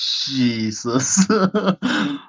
Jesus